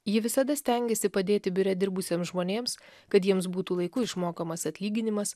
ji visada stengėsi padėti biure dirbusiems žmonėms kad jiems būtų laiku išmokamas atlyginimas